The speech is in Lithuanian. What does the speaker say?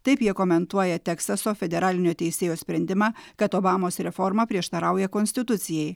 taip jie komentuoja teksaso federalinio teisėjo sprendimą kad obamos reforma prieštarauja konstitucijai